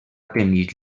tenir